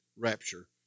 rapture